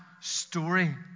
story